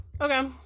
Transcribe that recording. Okay